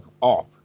off